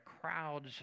crowds